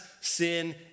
sin